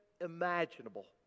imaginable